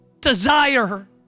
desire